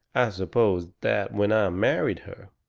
i suppose that when i married her